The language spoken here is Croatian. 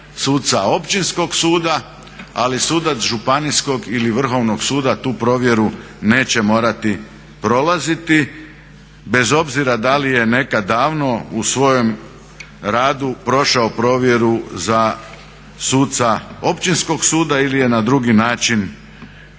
suca općinskog suda ali sudac županijskog ili Vrhovnog suda tu provjeru neće morati prolaziti bez obzira da ili je nekada davno u svojem radu prošao provjeru za suca općinskog suda ili je na drugi način došao